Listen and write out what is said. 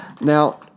Now